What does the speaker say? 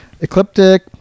Ecliptic